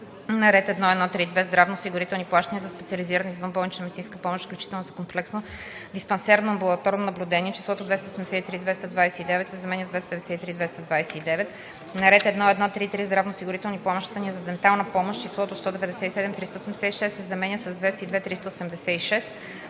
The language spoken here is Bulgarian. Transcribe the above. На ред 1.1.3.2 „здравноосигурителни плащания за специализирана извънболнична медицинска помощ (включително за комплексно диспансерно (амбулаторно) наблюдение)“ числото „283 229,0“ се заменя с „293 229,0“; 5. На ред 1.1.3.3 „здравноосигурителни плащания за дентална помощ“ числото „197 386,0“ се заменя с „202